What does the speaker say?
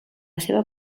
seva